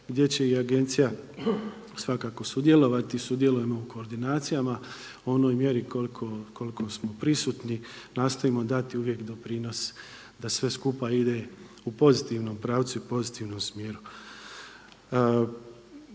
gdje će i agencija svakako sudjelovati. Sudjelujemo u koordinacijama u onoj mjeri koliko smo prisutni, nastojimo dati uvijek doprinos da sve skupa ide u pozitivnom pravcu i u pozitivnom smjeru.